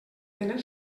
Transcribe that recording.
tenen